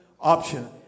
option